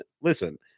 listen